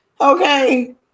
Okay